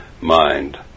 mind